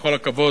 שבכל הכבוד,